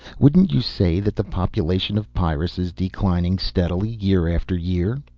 wouldn't you say that the population of pyrrus is declining steadily, year after year?